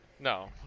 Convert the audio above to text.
No